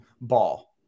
ball